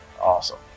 Awesome